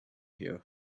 here